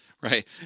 Right